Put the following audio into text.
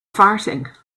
farting